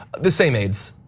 the same aides.